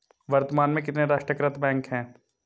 वर्तमान में कितने राष्ट्रीयकृत बैंक है?